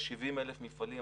יש 70,000 מפעלים,